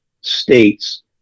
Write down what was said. states